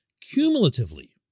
cumulatively